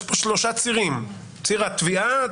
יש כאן שלושה צירים: ציר התביעה,